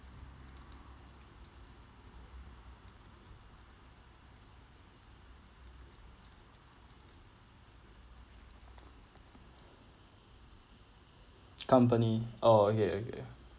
company oh okay okay